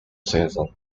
season